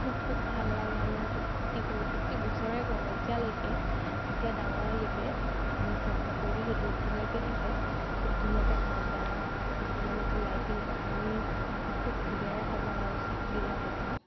খুব ভাল লাগে আমি সেইটো ফূৰ্তি কৰোঁ প্ৰতি বছৰে কৰোঁ এতিয়ালৈকে এতিয়া ডাঙৰলৈকে আমি চব সকলোৱে সেইটো এতিয়ালৈকে থাকে খুব ধুনীয়াকৈ সজাওঁ কিছুমানেতো লাইটিং কৰে আমি খুব ফুলেৰে সজাওঁ আৰু চাকিৰে সজাওঁ